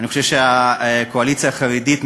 אני חושב שהקואליציה החרדית,